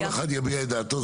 כל אחד יביע את דעתו,